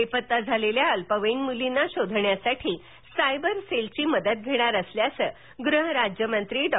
बेपत्ता झालेल्या अल्पवयीन मुलींना शोधण्यासाठी सायबर सेलची मदत घेणार असल्याचे गृह राज्यमंत्री डॉ